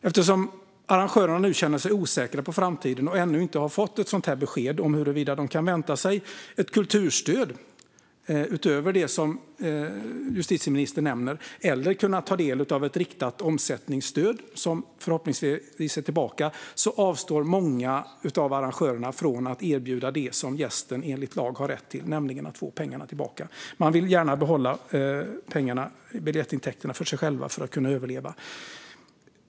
Eftersom arrangörerna nu känner sig osäkra på framtiden och ännu inte har fått besked om huruvida de kan vänta sig ett kulturstöd utöver det justitieministern nämner - eller om de kan ta del av ett riktat omsättningsstöd, som förhoppningsvis är tillbaka - avstår många av arrangörerna från att erbjuda det som gästen enligt lag har rätt till, nämligen att få pengarna tillbaka. Arrangörerna vill gärna behålla biljettintäkterna för sig själva för att kunna överleva.